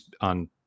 on